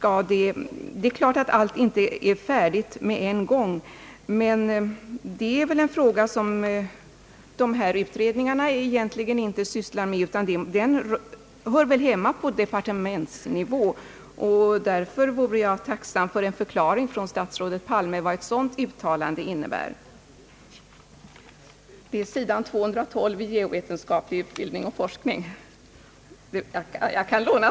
Allt är naturligtvis inte färdigt med en gång; men den frågan sysslar väl egentligen inte de här utredningar na med, utan den torde höra hemma på departementsnivå, och därför vore jag tacksam för en förklaring av statsrådet Palme om vad ett sådant uttalande innebär — jag kan låna statsrådet ett exemplar av betänkandet!